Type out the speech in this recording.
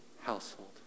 household